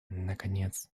наконец